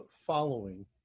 following